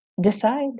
decide